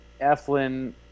Eflin